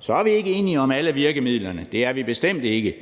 Så er vi ikke enige om alle virkemidlerne, bestemt ikke,